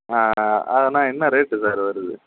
ஆ ஆ அதென்னா என்ன ரேட்டு சார் வருது